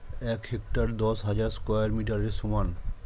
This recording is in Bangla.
এক হেক্টার দশ হাজার স্কয়ার মিটারের সমান